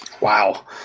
Wow